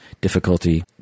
difficulty